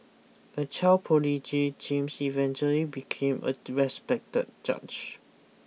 a child prodigy James eventually became a respected judge